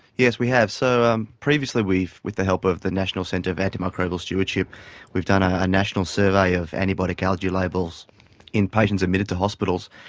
yes, we have. so um previously with the help of the national centre of antimicrobial stewardship we've done a national survey of antibiotic allergy labels in patients admitted to hospitals.